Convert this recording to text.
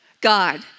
God